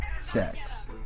sex